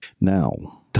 Now